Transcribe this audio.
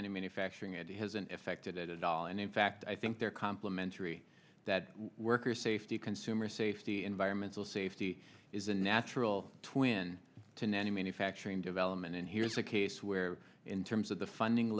manufacturing it hasn't affected it at all and in fact i think they're complimentary that worker safety consumer safety environmental safety is a natural twin to nanny manufacturing development and here's a case where in terms of the funding